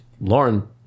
Lauren